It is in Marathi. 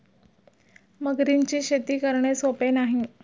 मगरींची शेती करणे सोपे नाही